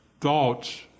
thoughts